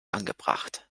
angebracht